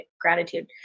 gratitude